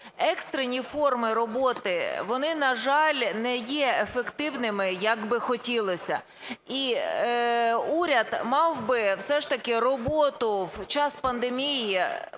екстрені форми роботи, вони, на жаль, не є ефективними, як би хотілося. І уряд мав би все ж таки роботу в час пандемії